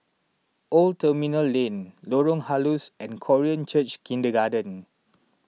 Old Terminal Lane Lorong Halus and Korean Church Kindergarten